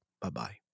Bye-bye